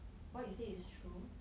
what you say is true